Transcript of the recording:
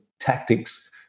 tactics